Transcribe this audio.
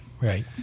Right